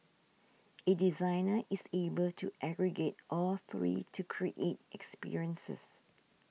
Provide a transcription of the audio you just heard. a designer is able to aggregate all three to create experiences